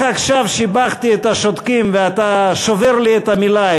רק עכשיו שיבחתי את השותקים ואתה שובר לי את המילה,